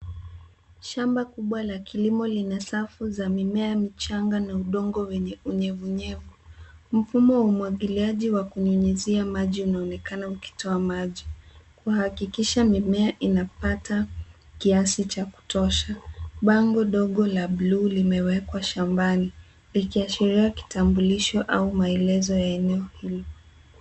Shamba kubwa la kilimo lenye safu za mimea michanga na udongo wenye unyevunyevu. Mfumo wa umwagiliaji wa kunyunyizia maji unaonekana ukitoa maji kuhakikisha mimea inapata kisi cha kutosha. Bango dogo la buluu limewekwa shambani likiashiria kitambulisho au maelezo ya eneo hilo.